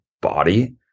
body